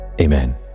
Amen